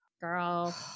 Girl